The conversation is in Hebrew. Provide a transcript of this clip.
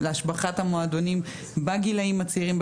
להשבחת המועדונים בגילאים הצעירים,